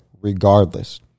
regardless